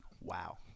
wow